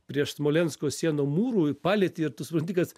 prieš smolensko sienų mūrų ir palieti ir tu supranti kad